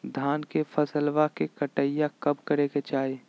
धान के फसलवा के कटाईया कब करे के चाही?